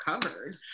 covered